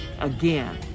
again